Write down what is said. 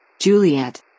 Juliet